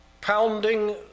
pounding